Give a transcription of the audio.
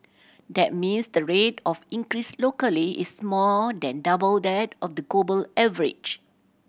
that means the rate of increase locally is more than double that of the global average